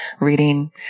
reading